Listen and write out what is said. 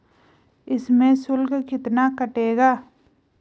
इसमें शुल्क कितना कटेगा?